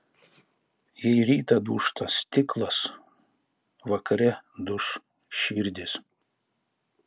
jei rytą dūžta stiklas vakare duš širdys